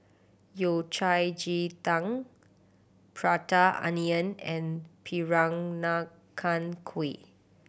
Yao Cai ji tang Prata Onion and Peranakan Kueh